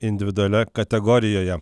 individualioje kategorijoje